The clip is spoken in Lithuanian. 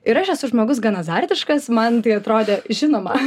ir aš esu žmogus gan azartiškas man tai atrodė žinoma